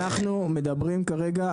אנחנו מדברים כרגע,